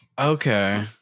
Okay